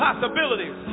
Possibilities